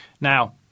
Now